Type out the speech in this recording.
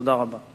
תודה רבה.